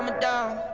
um down,